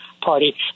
party